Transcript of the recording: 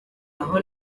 aha